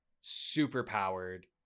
super-powered